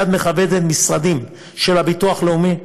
"יד מכוונת" משרדים של הביטוח הלאומי.